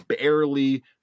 barely